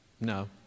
No